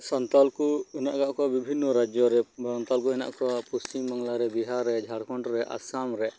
ᱥᱟᱱᱛᱟᱞ ᱠᱚ ᱦᱮᱱᱟᱜ ᱠᱟᱜ ᱠᱚᱣᱟ ᱵᱤᱵᱷᱤᱱᱱᱚ ᱨᱟᱡᱽᱡᱚ ᱨᱮ ᱥᱟᱱᱛᱟᱞ ᱠᱚ ᱦᱮᱱᱟᱜ ᱠᱟᱜ ᱠᱚᱣᱟ ᱯᱚᱥᱪᱤᱢ ᱵᱟᱝᱞᱟᱨᱮ ᱵᱤᱦᱟᱨ ᱨᱮ ᱡᱷᱟᱲᱠᱷᱚᱸᱰ ᱨᱮ ᱟᱥᱟᱢ ᱨᱮ